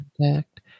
Contact